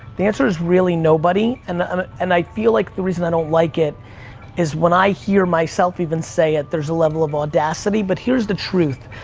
the answer is really nobody. and um and i feel like the reason i don't like it is, when i hear myself even say it, there's a level of audacity, but here's the truth.